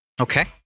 Okay